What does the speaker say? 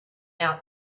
out